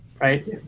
right